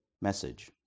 message